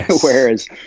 whereas